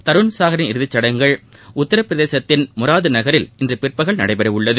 தருண் சாஹரின் இறுதிச்சடங்குகள் உத்திரபிரசேத்தின் மொராதுநகரில் இன்றபிற்பகல் நடைபெறவுள்ளது